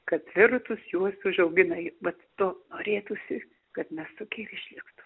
kad tvirtus juos užauginai vat to norėtųsi kad mes tokie išliktum